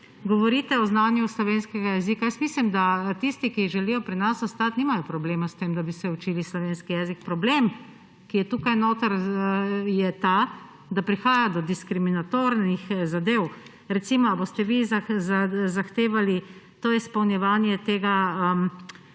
govorite o znanju slovenskega jezika. Mislim, da tisti, ki želijo pri nas ostati, nimajo problema s tem, da bi se učili slovenskega jezika. Problem, ki je tukaj noter, je ta, da prihaja do diskriminatornih zadev. Recimo, ali boste vi zahtevali to izpolnjevanje tega